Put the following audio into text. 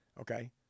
okay